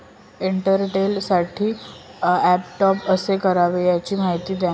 एअरटेलसाठी टॉपअप कसे करावे? याची माहिती द्या